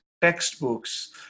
textbooks